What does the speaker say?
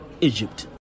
Egypt